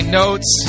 notes